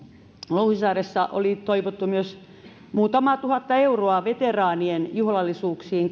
louhisaaressa toivottu muutamaa tuhatta euroa kahvirahaa veteraanien juhlallisuuksiin